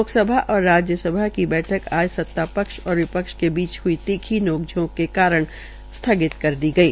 लोकसभा और राज्यसभा की बैठक आज सत्तापक्ष और विपक्ष के बीच हई तीखी नोक झोंक के कारण स्थगित कर दी गई